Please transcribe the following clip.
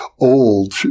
old